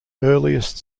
earliest